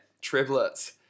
Triplets